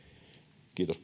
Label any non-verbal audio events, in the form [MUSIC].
kiitos [UNINTELLIGIBLE]